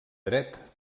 dret